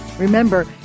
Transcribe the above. Remember